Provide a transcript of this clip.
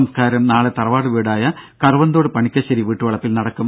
സംസ്കാരം നാളെ തറവാട് വീടായ കറുവന്തോട് പണിക്കശ്ശേരി വീട്ടു വളപ്പിൽ നടക്കും